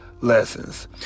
lessons